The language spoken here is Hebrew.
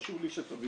חשוב לי שתבינו.